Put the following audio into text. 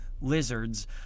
lizards